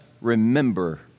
remember